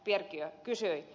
perkiö kysyi